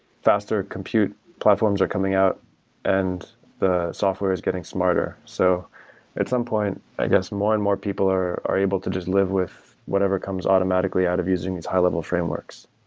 faster compute platforms are coming out and the software is getting smarter. so at some point, i guess more and more people are are able to just live with whatever comes automatically out of using these high-level frameworks.